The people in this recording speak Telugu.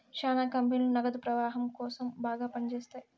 శ్యానా కంపెనీలు నగదు ప్రవాహం కోసం బాగా పని చేత్తాయి